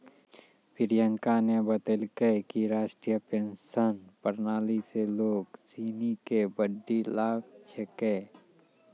प्रियंका न बतेलकै कि राष्ट्रीय पेंशन प्रणाली स लोग सिनी के बड्डी लाभ छेकै